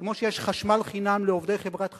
כמו שיש חשמל חינם לעובדי חברת חשמל,